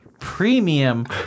Premium